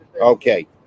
Okay